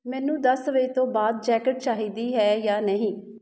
ਮੈਨੂੰ ਦਸ ਵਜੇ ਤੋਂ ਬਾਅਦ ਜੈਕਟ ਚਾਹੀਦੀ ਹੈ ਜਾਂ ਨਹੀਂ